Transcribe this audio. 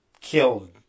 killed